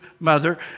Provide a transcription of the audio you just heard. mother